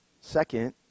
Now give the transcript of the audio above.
Second